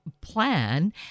plan